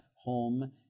Home